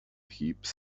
heaps